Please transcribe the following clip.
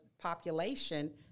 population